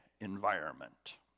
environment